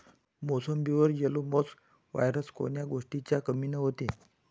मोसंबीवर yellow mosaic virus कोन्या गोष्टीच्या कमीनं होते?